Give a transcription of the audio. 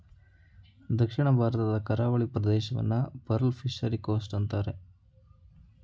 ದಕ್ಷಿಣ ಭಾರತದ ಕರಾವಳಿ ಪ್ರದೇಶವನ್ನು ಪರ್ಲ್ ಫಿಷರಿ ಕೋಸ್ಟ್ ಅಂತರೆ